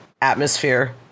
atmosphere